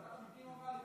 אתה לא פתחת טוב,